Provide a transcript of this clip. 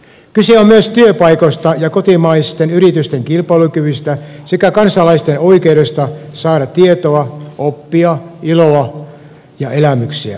kyse on myös työpaikoista ja kotimaisten yritysten kilpailukyvystä sekä kansalaisten oikeudesta saada tietoa oppia iloa ja elämyksiä